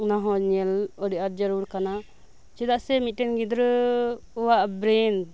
ᱚᱱᱟ ᱦᱚᱸ ᱧᱮᱞ ᱟᱰᱤ ᱟᱸᱴ ᱡᱟᱨᱩᱲ ᱠᱟᱱᱟ ᱪᱮᱫᱟᱜ ᱥᱮ ᱢᱤᱫ ᱴᱮᱱ ᱜᱤᱫᱽᱨᱟᱹ ᱠᱚᱣᱟᱜ ᱵᱨᱮᱱ